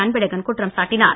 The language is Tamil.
அன்பழகன் குற்றம் சாட்டினார்